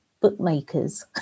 bookmakers